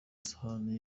isahani